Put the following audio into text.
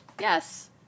Yes